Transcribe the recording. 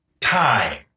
time